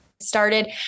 started